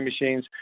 machines